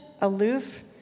aloof